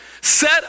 set